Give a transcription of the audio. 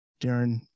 Darren